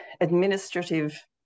administrative